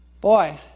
Boy